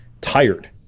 tired